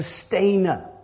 sustainer